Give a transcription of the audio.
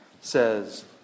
says